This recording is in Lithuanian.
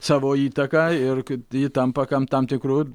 savo įtaką ir ji tampa kam tam tikru